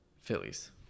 Phillies